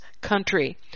country